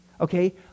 okay